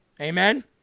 Amen